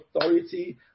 authority